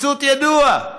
ציטוט ידוע,